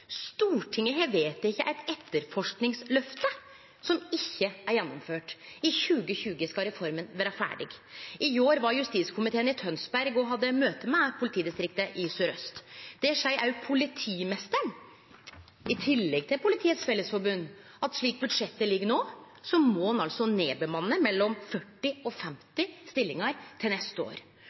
Stortinget har vedteke eit etterforskingsløft, som ikkje er gjennomført. I 2020 skal reforma vere ferdig. I går var justiskomiteen i Tønsberg og hadde møte med Sør-Øst politidistrikt. Der seier politimeisteren, i tillegg til Politiets Fellesforbund, at slik budsjettet ligg no, må ein nedbemanne med mellom 40 og 50 stillingar til neste år.